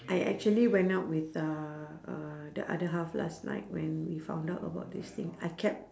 I actually went out with uh uh the other half last night when we found out about this thing I kept